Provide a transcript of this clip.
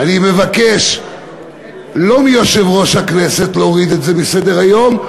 אני מבקש לא מיושב-ראש הכנסת להוריד את זה מסדר-היום,